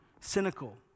cynical